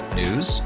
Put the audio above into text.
news